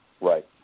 Right